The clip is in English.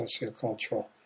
sociocultural